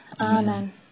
Amen